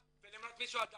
ולמנות מישהו על דעתנו.